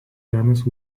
žemės